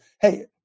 Hey